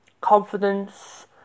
confidence